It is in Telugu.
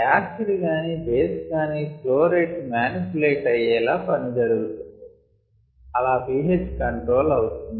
యాసిడ్ గాని బేస్ గాని ఫ్లో రేట్ మానిప్యులేట్ అయ్యేలా పనిజరుగుతుంది అలా pH కంట్రోల్ అవుతుంది